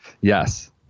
Yes